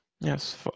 Yes